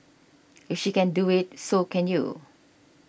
if she can do it so can you